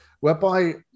whereby